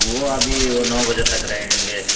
وہ ابھی وہ نو بجے تک رہیں گے